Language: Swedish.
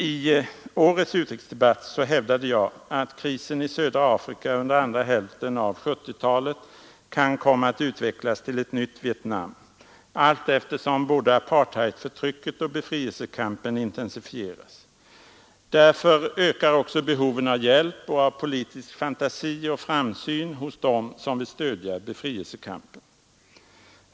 I årets utrikesdebatt hävdade jag att krisen i södra Afrika under andra hälften av 1970-talet kan komma att utvecklas till ett Det statliga utvecklingsbiståndet nytt Vietnam, allteftersom både apartheidförtrycket och befrielsekampen intensifieras. Därför ökar också behoven av hjälp och av politisk fantasi och framsyn hos dem som vill stödja befrielsekampen.